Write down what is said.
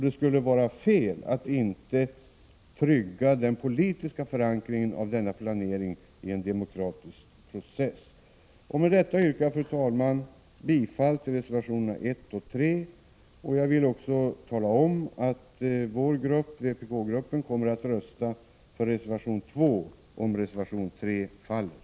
Det skulle vara fel att inte trygga den politiska förankringen av denna planering i en demokratisk process. Med detta yrkar jag, fru talman, bifall till reservationerna 1 och 3. Jag vill också tala om att vpk-gruppen kommer att rösta för reservation 2 om reservation 3 faller.